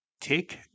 take